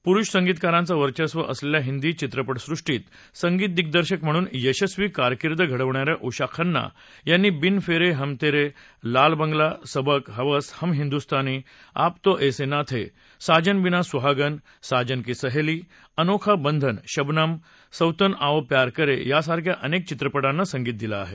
प्रुष संगीतकारांचं वर्चस्व असलेल्या हिंदी चित्रप झुष्टीत संगीत दिग्दर्शक म्हणून यशस्वी कारकीर्द घडवणाऱ्या उषा खन्ना यांनी बिन फेरे हम तेरे लाल बंगला सबक हवस हम हिंदुस्थानी आप तो ऐसे ना थे साजन बिना सुहागन साजन की सहेली अनोखा बंधन शबनम सौतन आओ प्यार करे यासारख्या अनेक चित्रपाना संगीत दिलं आहे